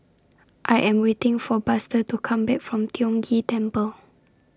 I Am waiting For Buster to Come Back from Tiong Ghee Temple